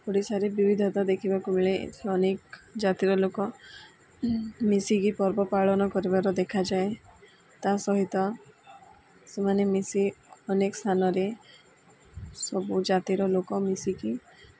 ଓଡ଼ିଶାରେ ବିବିଧତା ଦେଖିବାକୁ ମିଳେ ଏଠି ଅନେକ ଜାତିର ଲୋକ ମିଶିକି ପର୍ବ ପାଳନ କରିବାର ଦେଖାଯାଏ ତା ସହିତ ସେମାନେ ମିଶି ଅନେକ ସ୍ଥାନରେ ସବୁ ଜାତିର ଲୋକ ମିଶିକି